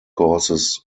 causes